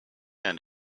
and